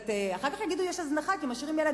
אחר כך יגידו שיש הזנחה כי אנחנו משאירים ילד